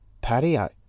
patio